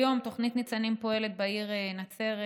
כיום תוכנית ניצנים פועלת בעיר נצרת